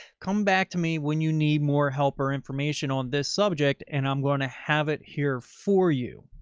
come back to me when you need more help or information on this subject, and i'm going to have it here for you.